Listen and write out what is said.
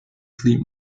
cleaned